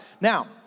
Now